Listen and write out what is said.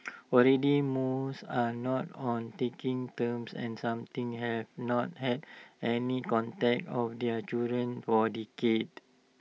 already most are not on taking terms and something have not had any contact of their children for decades